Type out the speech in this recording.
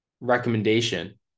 recommendation